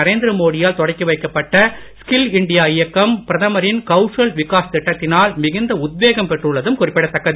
நரேந்திர மோடியால் தொடக்கி வைக்கப்பட்ட ஸ்கில் இண்டியா இயக்கம் பிரதமரின் கவுஷல் விகாஸ் திட்டத்தினால் மிகுந்த உத்வேகம் பெற்றுள்ளதும் குறிப்பிடத்தக்கது